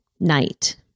night